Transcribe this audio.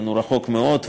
הוא רחוק מאוד.